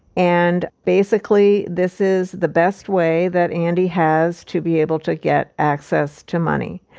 and basically this is the best way that andy has to be able to get access to money.